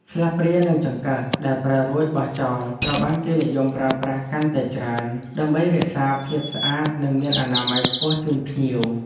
ស្លាបព្រានិងចង្កឹះដែលប្រើរួចបោះចោលត្រូវបានគេនិយមប្រើប្រាស់កាន់តែច្រើន ដើម្បីរក្សាភាពស្អាតនិងមានអនាម័យខ្ពស់ជូនភ្ញៀវ។